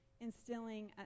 instilling